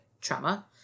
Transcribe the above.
trauma